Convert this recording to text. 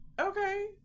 Okay